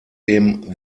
dem